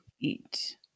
eat